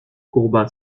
courba